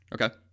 Okay